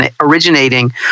originating